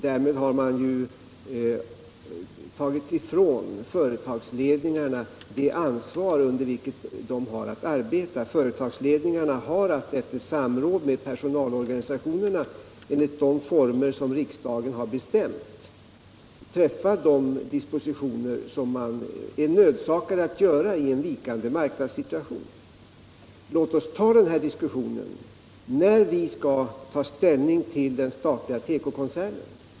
Därmed skulle man ju ta ifrån företagsledningarna det ansvar under vilket de har att arbeta. Företagsledningarna har att efter samråd med personalorganisationerna enligt de former som riksdagen har bestämt träffa de dispositioner som de är nödsakade att göra i en vikande marknadssituation. Låt oss ta upp denna diskussion när vi skall ta ställning till den statliga tekokoncernen!